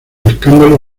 escándalo